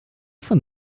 von